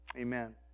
Amen